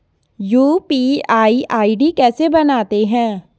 UPI ID कैसे बनाते हैं?